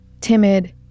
timid